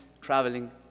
traveling